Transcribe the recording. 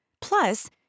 Plus